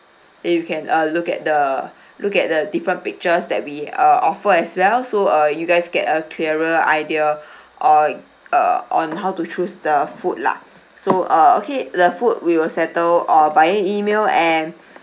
then you can uh look at the look at the different pictures that we uh offer as well so uh you guys get a clearer idea or uh on how to choose the food lah so uh okay the food we will settle or via email and